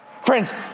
Friends